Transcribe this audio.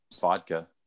vodka